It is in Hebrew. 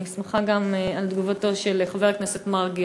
אני שמחה גם על תגובתו של חבר הכנסת מרגי,